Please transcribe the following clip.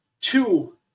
two